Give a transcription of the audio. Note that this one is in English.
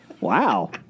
Wow